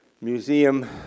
museum